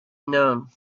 known